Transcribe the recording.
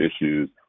issues